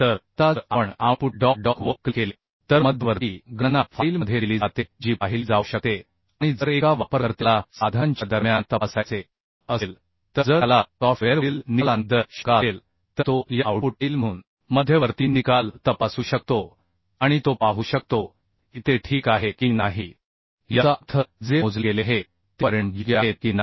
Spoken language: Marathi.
तर आता जर आपण आउटपुट डॉट डॉक वर क्लिक केले तर मध्यवर्ती गणना फाईलमध्ये दिली जाते जी पाहिली जाऊ शकते आणि जर एका वापरकर्त्याला साधनांच्या दरम्यान तपासायचे असेल तर जर त्याला सॉफ्टवेअरवरील निकालांबद्दल शंका असेल तर तो या आउटपुट फाईलमधून मध्यवर्ती निकाल तपासू शकतो आणि तो पाहू शकतो की ते ठीक आहे की नाही याचा अर्थ जे मोजले गेले आहे ते परिणाम योग्य आहेत की नाही